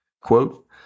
Quote